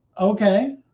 Okay